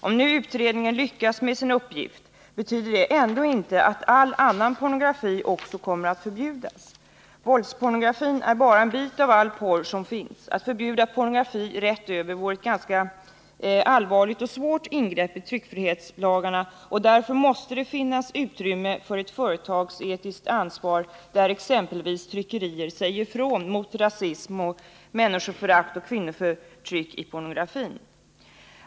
Om nu utredningen lyckas med sin uppgift, betyder det ändå inte att all annan pornografi också kommer att förbjudas. Våldspornografin är bara en bit av all porr som finns. Att förbjuda pornografi rätt över vore ett ganska allvarligt och svårt ingrepp i tryckfrihetslagarna. Därför måste det finnas utrymme för ett företagsetiskt ansvar 57 där exempelvis tryckerier säger ifrån mot rasism, människoförakt och kvinnoförtryck i pornografin.